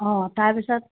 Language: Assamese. অ' তাৰপিছত